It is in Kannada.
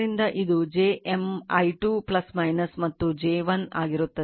ಆದ್ದರಿಂದ ಇದು j M i 2 ಮತ್ತು j l ಆಗಿರುತ್ತದೆ